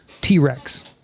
T-Rex